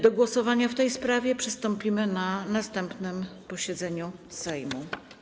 Do głosowania w tej sprawie przystąpimy na następnym posiedzeniu Sejmu.